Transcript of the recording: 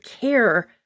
care